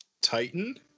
Titan